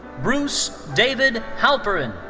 bruce david halperin.